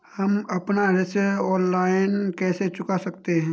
हम अपना ऋण ऑनलाइन कैसे चुका सकते हैं?